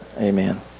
amen